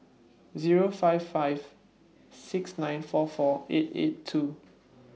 Zero five five six nine four four eight eight two